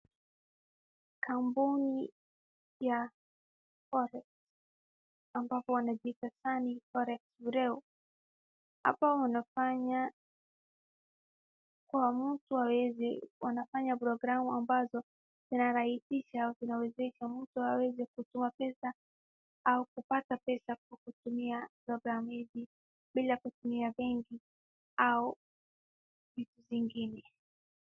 Kampuni ya forex ambapo wanajiita Sunny Forex Bureau, hapa wanafanya, kuwa mtu hawezi, wanafanya program ambazo zinarahisisha au zinawezesha mtu aweze kutoa pesa au kupata pesa kwa kutumia program hizi bila kutumia benko au vitu zingine.